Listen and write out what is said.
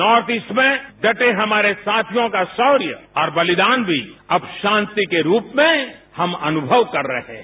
north east में डटे हमारे साथियों का शौर्य और बलिदान भी अब शांति के रूप में हम अनुभव कर रहे हैं